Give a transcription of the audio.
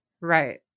Right